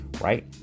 right